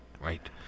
Right